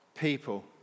people